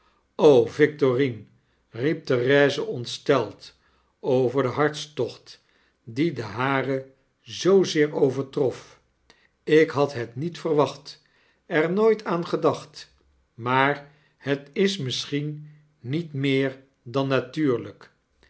victorine riep therese ontsteld over den hartstocht die den haren zoozeer overtrof ik had het niet verwacht er nooit aan gedacht maar het is missehien niet meer dan natuurlyk